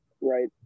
Right